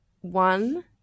one